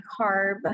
carb